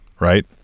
right